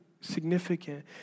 significant